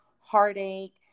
heartache